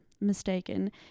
mistaken